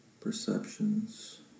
perceptions